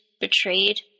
betrayed